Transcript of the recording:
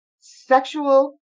sexual